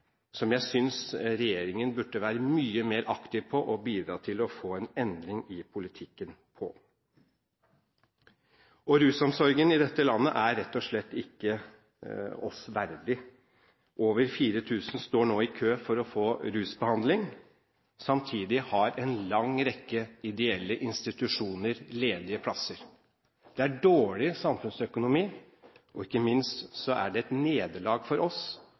som jeg synes regjeringen burde være mye mer aktiv for å bidra til å få en endring i politikken på. Rusomsorgen i dette landet er rett og slett ikke oss verdig. Over 4 000 står nå i kø for å få rusbehandling. Samtidig har en lang rekke ideelle institusjoner ledige plasser. Det er dårlig samfunnsøkonomi. Ikke minst er det et nederlag for oss